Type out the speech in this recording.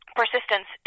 persistence